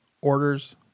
orders